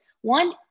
one